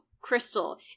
crystal